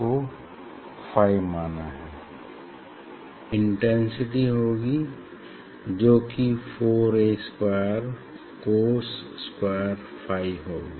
इस एम्प्लीट्यूड का square intensity होगी जो कि 4A square cos square phi होगी